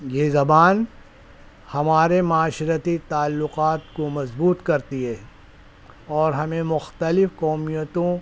یہ زبان ہمارے معاشرتی تعلقات کو مضبوط کرتی ہے اور ہمیں مختلف قومیتوں